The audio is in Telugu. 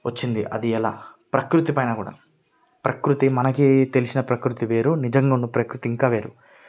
వచ్చింది అది ఎలా ప్రకృతి పైన కూడా ప్రకృతి మనకి తెలిసిన ప్రకృతి వేరు నిజంగా ఉన్న ప్రకృతి ఇంకా వేరు